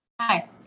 Hi